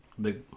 Big